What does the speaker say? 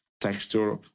texture